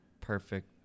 perfect